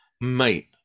Mate